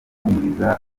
guhumuriza